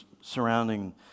surrounding